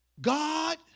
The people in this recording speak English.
God